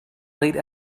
late